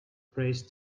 prays